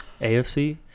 AFC